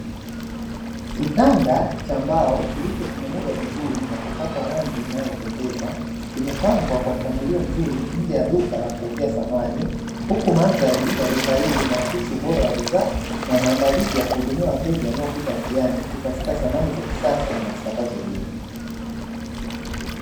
Kitanda cha mbao kilichotengenezwa vizuri na kupakwa rangi inayopendeza kimepangwa kwa mpangilio mzuri nje ya duka la kuuzia samani, huku mandhari ya duka hili linahakisi ubora wa bidhaa na maandalizi ya kuhudumia wateja wanaopita njiani kutafuta samani za kisasa na zitakazodumu.